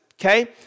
okay